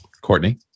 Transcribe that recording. Courtney